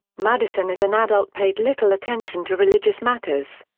madison as an adult paid little attention to religious matters.